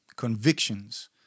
convictions